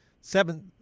seven